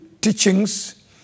teachings